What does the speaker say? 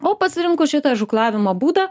o pasirinkus šitą žūklavimo būdą